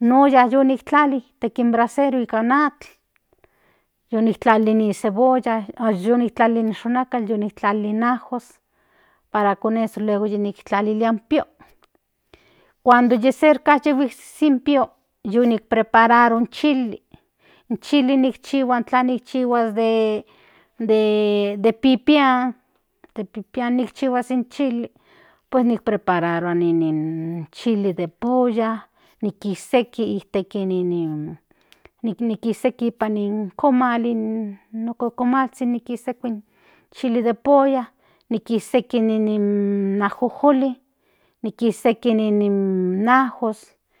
ijtek nin brasero nika atl yi niktlali ni cebolla huan ty niktlali ni xonkal yi niktlali in ajo para con eso luego yi niktlalilia in pio cuando ye cerca yu hiksik in pio yu nikprepararo in chili nik chihuas tla nikchihuas den de d pipia nikchihuas n chili pues nikprepararua in chili de nikiseki ijtek in nin nipan komal no kokomalzhin nikiseki inn chili de pulla nikiseki nin ini ajojoli nikiseki in ajos.